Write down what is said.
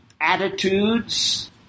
attitudes